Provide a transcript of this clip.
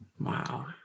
Wow